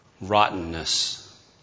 Rottenness